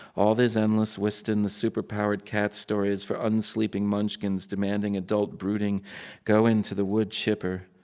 all these endless wystan, the superpowered cat stories for unsleeping munchkins demanding adult brooding go into the wood chipper.